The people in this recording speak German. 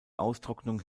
austrocknung